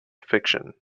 fiction